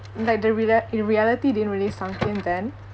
and tha~ the rela~ and reality didn't really sunk in then